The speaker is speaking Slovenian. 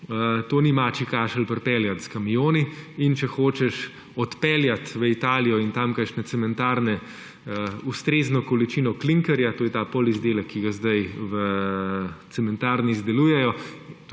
to ni mačji kašelj prepeljati s kamioni, in če hočeš odpeljati v Italijo in tamkajšnje cementarne ustrezno količino klinkerja, to je ta polizdelek, ki ga zdaj v cementarni izdelujejo,